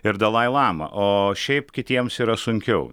ir dalai lama o šiaip kitiems yra sunkiau